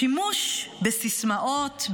השימוש בסיסמאות,